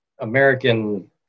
American